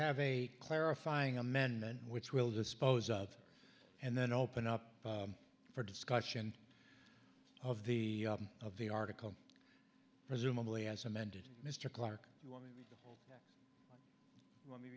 have a clarifying amendment which will dispose of it and then open up for discussion of the of the article presumably as amended mr